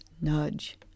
nudge